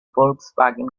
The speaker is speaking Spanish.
volkswagen